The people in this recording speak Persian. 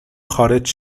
خارج